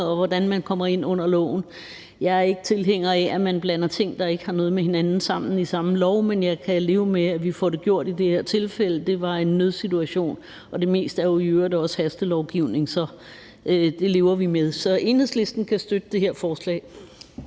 og hvordan man kommer ind under loven. Jeg er ikke tilhænger af, at man blander ting, der ikke har noget med hinanden at gøre, sammen i samme lov, men jeg kan leve med, at vi får det gjort i det her tilfælde. Det var en nødsituation, og det meste er jo i øvrigt også hastelovgivning, så det lever vi med. Så Enhedslisten kan støtte det her lovforslag.